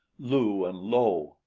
lu and lo,